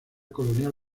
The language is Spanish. colonial